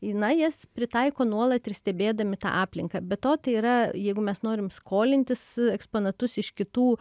na jas pritaiko nuolat ir stebėdami tą aplinką be to tai yra jeigu mes norim skolintis eksponatus iš kitų